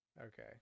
Okay